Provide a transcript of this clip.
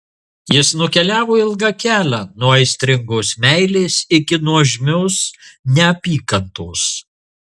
jis nukeliavo ilgą kelią nuo aistringos meilės iki nuožmios neapykantos